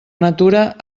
natura